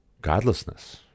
godlessness